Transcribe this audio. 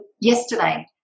yesterday